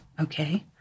okay